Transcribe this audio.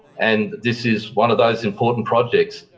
and this is one of those important projects.